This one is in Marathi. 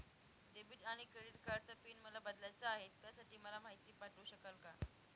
डेबिट आणि क्रेडिट कार्डचा पिन मला बदलायचा आहे, त्यासाठी मला माहिती पाठवू शकाल का?